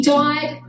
died